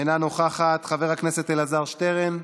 אינה נוכחת, חבר הכנסת אלעזר שטרן,